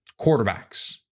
quarterbacks